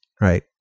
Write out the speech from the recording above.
right